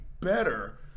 better